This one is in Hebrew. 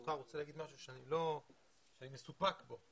ברשותך אני רוצה להגיד משהו שאני מסופק בו,